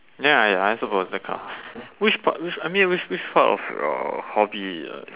then I I also got cards which part which I mean which which part of your hobby uh